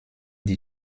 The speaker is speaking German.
die